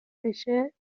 بشه